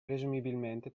presumibilmente